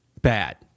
bad